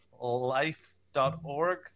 life.org